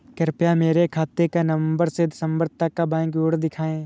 कृपया मेरे खाते का नवम्बर से दिसम्बर तक का बैंक विवरण दिखाएं?